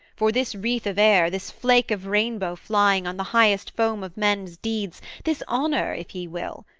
for this wreath of air, this flake of rainbow flying on the highest foam of men's deeds this honour, if ye will.